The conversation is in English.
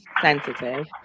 sensitive